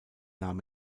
nahm